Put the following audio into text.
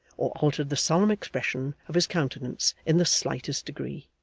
or altered the solemn expression of his countenance in the slightest degree.